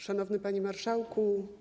Szanowny Panie Marszałku!